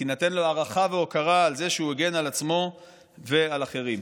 ותינתן לו הערכה והוקרה על זה שהגן על עצמו ועל אחרים.